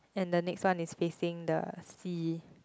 and the next one is facing the sea